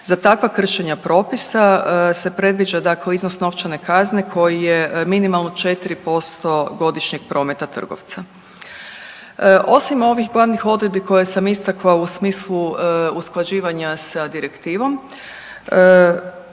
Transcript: Za takva kršenja propisa se predviđa dakle iznos novčane kazne koji je minimalno 4% godišnjeg prometa trgovca. Osim ovih glavnih odredbi koje sam istakla u smislu usklađivanja sa Direktivom,